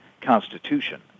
constitution